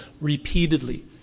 repeatedly